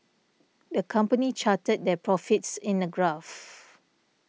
the company charted their profits in a graph